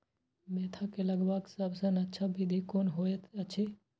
Mentha के लगवाक सबसँ अच्छा विधि कोन होयत अछि?